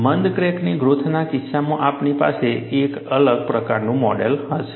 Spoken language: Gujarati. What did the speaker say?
મંદ ક્રેકની ગ્રોથના કિસ્સામાં આપણી પાસે એક અલગ પ્રકારનું મોડેલ હશે